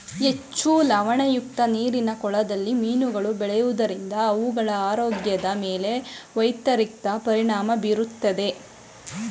ಹೆಚ್ಚು ಲವಣಯುಕ್ತ ನೀರಿನ ಕೊಳದಲ್ಲಿ ಮೀನುಗಳು ಬೆಳೆಯೋದರಿಂದ ಅವುಗಳ ಆರೋಗ್ಯದ ಮೇಲೆ ವ್ಯತಿರಿಕ್ತ ಪರಿಣಾಮ ಬೀರುತ್ತದೆ